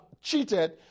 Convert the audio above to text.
cheated